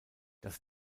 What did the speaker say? das